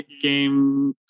game